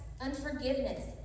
unforgiveness